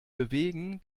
bewegen